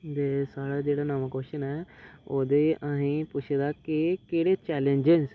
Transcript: ते साढ़ा जेह्ड़ा नमां क्वोशन ऐ ओह्दे अहें गी पुच्छे दा कि केह्ड़े चैलेंजस न